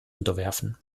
unterwerfen